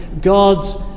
God's